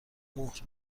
مهر